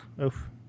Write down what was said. Oof